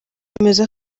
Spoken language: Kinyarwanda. yizera